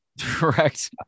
Correct